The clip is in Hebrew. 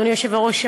אדוני היושב-ראש,